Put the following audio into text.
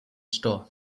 store